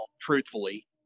truthfully